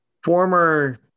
Former